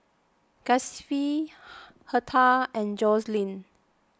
Gustave Hertha and Joseline